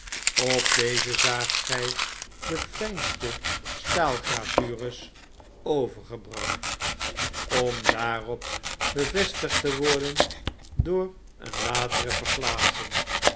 op deze zaagt gy de fijnste staalgravures overgebracht om daarop bevestigd te worden door een latere